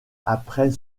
après